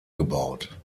gebaut